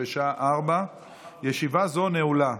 בשעה 16:00. ישיבה זו נעולה.